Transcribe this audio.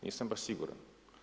Nisam baš siguran.